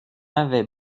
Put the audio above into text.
avait